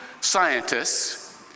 scientists